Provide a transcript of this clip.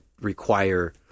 require